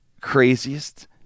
Craziest